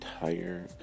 entire